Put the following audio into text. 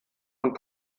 und